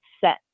set